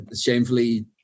shamefully